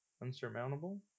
unsurmountable